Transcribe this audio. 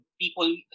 people